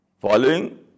Following